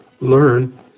learn